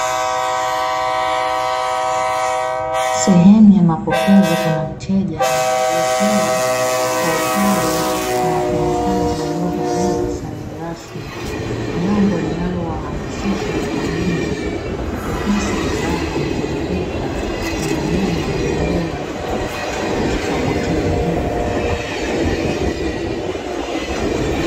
Sehemu ya mapokezi kuna mteja anaelezewa kwa upole na wafanyakazi waliovalia sare rasmi, jambo linalowahamasisha wageni kuhisi furaha na kuridhika na huduma bora katika hoteli hiyo.